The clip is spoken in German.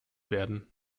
werden